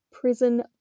prison